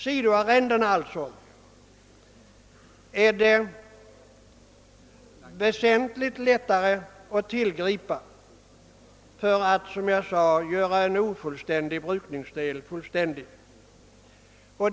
Sidoarrendena är alltså väsentligt lättare att tillgripa för att göra en ofullständig brukningsdel fullständig.